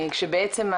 כשבעצם,